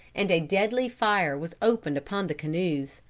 and a deadly fire was opened upon the canoes.